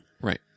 Right